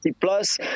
plus